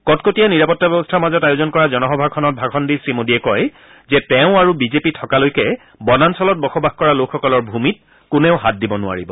কটকটীয়া নিৰাপত্তা ব্যৱস্থাৰ মাজত আয়োজন কৰা জনসভাখনত ভাষণ দি শ্ৰীমোদীয়ে কয় যে তেওঁ আৰু বিজেপি থকালৈকে বনাঞ্চলক বসবাস কৰা লোকসকলৰ ভূমিত কোনেও হাত দিব নোৱাৰিব